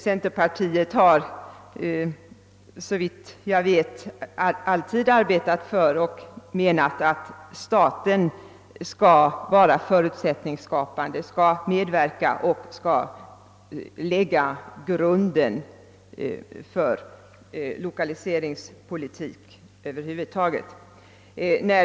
Såvitt jag vet har centerpartiet alltid arbetat för att staten skall vara förutsättningsskapande, medverka och lägga grunden till lokaliseringspolitiken över huvud taget.